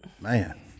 Man